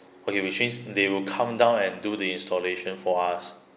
okay which means they will come down and do the installation for us